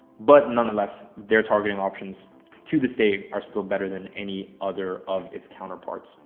but nonetheless, their targeting options to this day are still better than any other of its counterparts.